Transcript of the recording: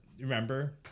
remember